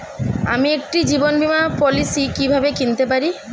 আমি একটি জীবন বীমা পলিসি কিভাবে কিনতে পারি?